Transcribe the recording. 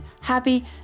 happy